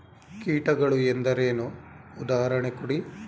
ಕೀಟಗಳು ಎಂದರೇನು? ಉದಾಹರಣೆ ಕೊಡಿ?